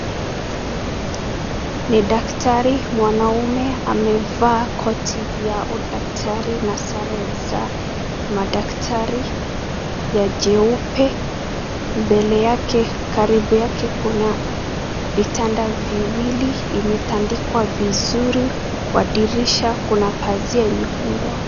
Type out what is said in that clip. Ni daktari mwanaume amevaa koti ya udaktari na sare za madaktari ya jeupe. Mbele yake, karibu yake kuna vitanda viwili imetandikwa vizuri kwa dirisha kuna pazia imefungwa.